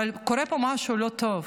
אבל קורה פה משהו לא טוב.